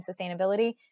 sustainability